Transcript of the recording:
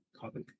topic